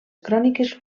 cròniques